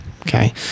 Okay